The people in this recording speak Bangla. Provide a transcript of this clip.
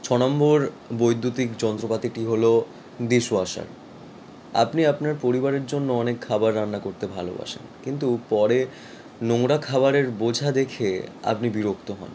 ছ নম্বর বৈদ্যুতিক যন্ত্রপাতিটি হলো ডিশ ওয়াশার আপনি আপনার পরিবারের জন্য অনেক খাবার রান্না করতে ভালোবাসেন কিন্তু পরে নোংরা খাবারের বোঝা দেখে আপনি বিরক্ত হন